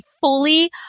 fully